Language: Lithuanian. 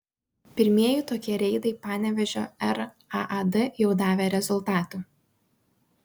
pirmieji tokie reidai panevėžio raad jau davė rezultatų